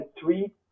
three